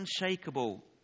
unshakable